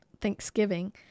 Thanksgiving